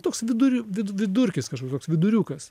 toks viduriu vidu vidurkis kažkoks toks viduriukas